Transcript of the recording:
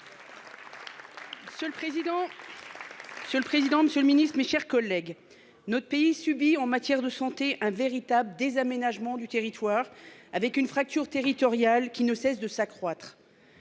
Monsieur le président, Monsieur le Ministre, mes chers collègues. Notre pays subit en matière de santé hein, véritables des aménagement du territoire avec une fracture territoriale qui ne cesse de s'accroître.